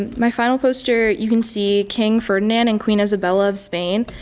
my final poster you can see king ferdinand and queen isabella of spain,